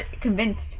convinced